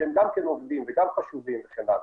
שהם גם כן עובדים וגם חשובים וכן הלאה.